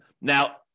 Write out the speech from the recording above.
Now